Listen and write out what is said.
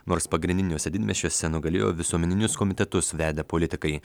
nors pagrindiniuose didmiesčiuose nugalėjo visuomeninius komitetus vedę politikai